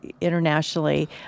internationally